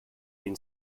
been